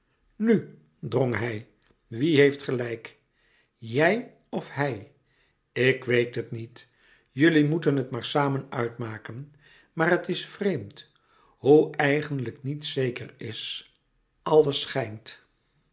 nu drong hij wie heeft gelijk jij of hij ik weet het niet jullie moeten het maar samen uitmaken maar het is vreemd hoe eigenlijk niets zeker is alles schijnt